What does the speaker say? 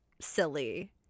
Silly